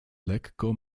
lekko